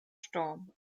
storm